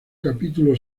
capítulo